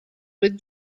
with